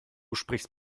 sprichst